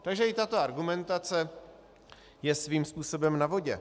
Takže i tato argumentace je svým způsobem na vodě.